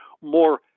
More